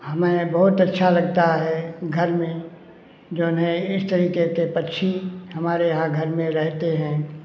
हमें बहुत अच्छा लगता है घर में जो उन्हें इस तरह के पक्षी हमारे यहाँ घर में रहते हैं